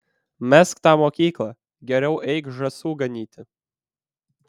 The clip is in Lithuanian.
mesk tą mokyklą geriau eik žąsų ganyti